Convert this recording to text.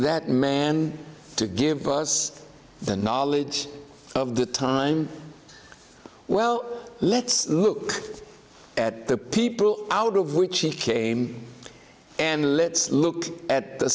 that man to give us the knowledge of the time well let's look at the people out of which he came and let's look at the